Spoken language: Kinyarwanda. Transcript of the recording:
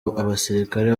abasirikare